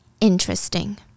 Interesting